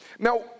Now